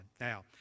now